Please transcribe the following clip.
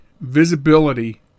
visibility